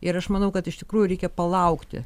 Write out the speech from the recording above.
ir aš manau kad iš tikrųjų reikia palaukti